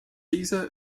caesar